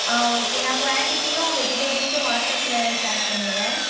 ஆ okay நான் குவாண்டிட்டியும் வெஜிடேபிள்ஸும் வாட்ஸ்ஆப்பில் ஷேர் பண்ணிடுறேன்